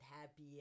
happy